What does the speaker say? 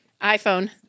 iPhone